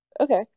okay